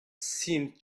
seemed